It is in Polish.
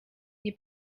nie